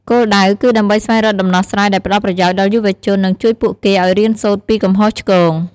គោលដៅ គឺដើម្បីស្វែងរកដំណោះស្រាយដែលផ្តល់ប្រយោជន៍ដល់យុវជន និងជួយពួកគេឱ្យរៀនសូត្រពីកំហុសឆ្គង។